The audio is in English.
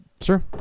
Sure